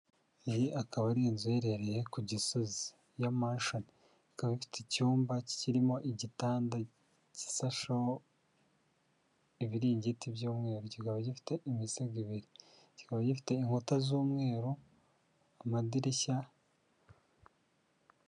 Iyi akaba ari inzu iherereye ku Gisozi ya mashoni. Ikaba ifite icyumba kirimo igitanda gisasheho ibiringiti by'umweru, kikaba gifite imisego ibiri. Kikaba gifite inkuta z'umweru, amadirishya